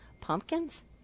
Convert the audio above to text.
pumpkins